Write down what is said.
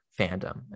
fandom